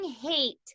hate